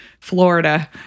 Florida